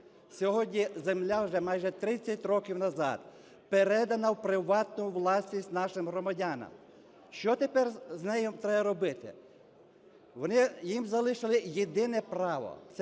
Сьогодні земля вже майже 30 років назад передана в приватну власність нашим громадянам. Що тепер з нею треба робити? Вони їм залишили єдине право –